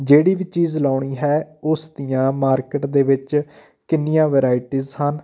ਜਿਹੜੀ ਵੀ ਚੀਜ਼ ਲਾਉਣੀ ਹੈ ਉਸ ਦੀਆਂ ਮਾਰਕੀਟ ਦੇ ਵਿੱਚ ਕਿੰਨੀਆਂ ਵਰਾਇਟੀਜ਼ ਹਨ